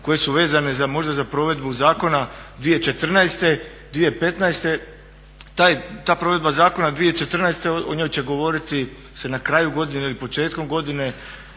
koje su vezane možda za provedbu zakona 2014., 2015. Ta provedba zakona 2014. o njoj će govoriti se na kraju godine ili početkom godine.